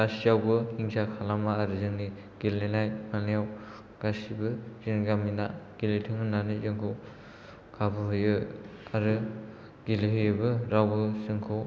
गासियावबो हिंसा खालामा आरो जोंनि गेलेनाय गेलेनायाव गासिबो जोंनि गामिना गेलेथों होननानै जोंखौ खाबु होयो आरो गेलेहोयोबो रावबो जोंखौ